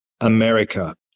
America